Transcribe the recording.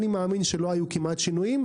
אני מאמין שלא היו כמעט שינויים,